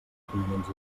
fonaments